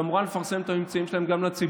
שאמורה לפרסם את הממצאים שלה גם לציבור,